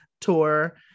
tour